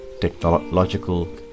technological